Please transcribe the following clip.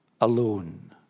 alone